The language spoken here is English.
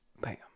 Bam